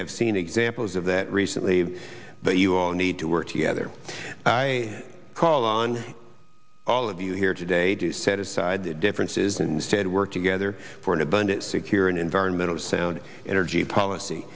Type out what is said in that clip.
have seen examples of that recently but you all need to work together i call on all of you here today to set aside differences and said work together for an abundant secure and environmentally sound energy policy